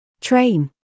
train